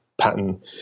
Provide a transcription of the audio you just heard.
pattern